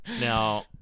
Now